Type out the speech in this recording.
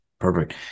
Perfect